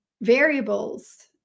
variables